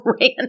ran